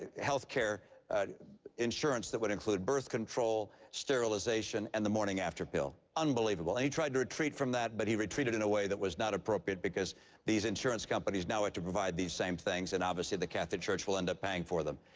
health care insurance that would include birth control, sterilization and the morning-after pill. unbelievable. and he retried to retreat from that but he retreated in a way that was not appropriate, because these insurance companies now have to provide these same things and obviously the catholic church will end up paying for them.